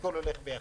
הכול הולך ביחד.